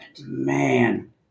Man